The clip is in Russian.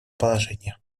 положения